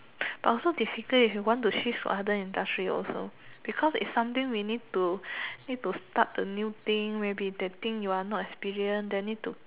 but also difficult if you want to shift to other industry also because is something we need to need to start the new thing maybe the thing you are not experienced then need to